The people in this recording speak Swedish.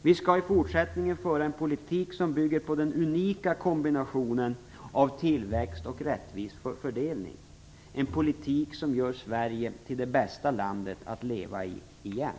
Vi skall i fortsättningen föra en politik som bygger på den unika kombinationen av tillväxt och rättvis fördelning, en politik som gör Sverige till det bästa landet att leva i - igen.